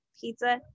pizza